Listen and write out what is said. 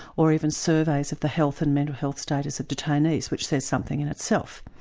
or even surveys of the health and mental health status of detainees, which says something in itself.